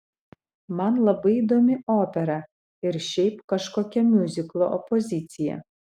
man labai įdomi opera ir šiaip kažkokia miuziklo opozicija